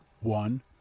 one